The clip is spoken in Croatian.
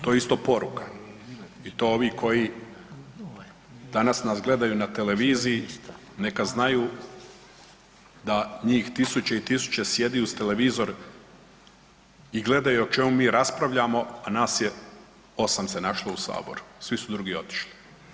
To je isto poruka i to ovi koji danas nas gledaju na televiziji neka znaju da njih tisuće i tisuće sjedi uz televizor i gledaju o čemu mi raspravljamo, a nas je 8 se našlo u saboru, svi su drugi otišli.